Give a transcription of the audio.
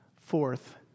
Fourth